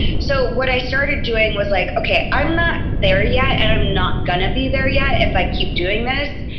so what i started doing was like, ok, i'm not there yet and i'm not gonna be there yet. if i keep doing this.